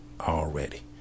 already